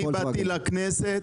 אני באתי לכנסת,